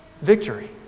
Victory